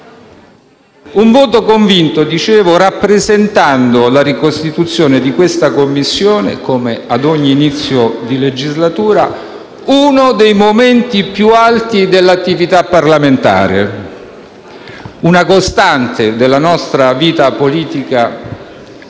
Un voto convinto rappresentando la ricostituzione della Commissione, come ad ogni inizio di legislatura, uno dei momenti più alti dell'attività parlamentare, una costante della nostra vita politica